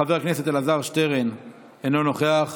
חבר הכנסת אלעזר שטרן, אינו נוכח,